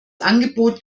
angebot